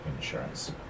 insurance